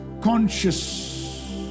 conscious